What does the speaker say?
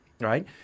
Right